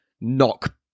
knock